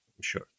sure